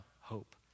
hope